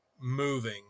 moving